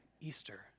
Easter